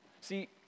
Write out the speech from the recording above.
See